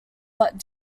but